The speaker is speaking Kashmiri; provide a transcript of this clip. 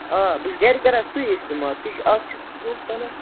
آ بہٕ چھُس گَرِ کران سُے اِستعمال سُہ چھُ